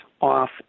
off